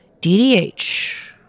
DDH